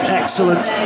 excellent